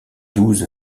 douze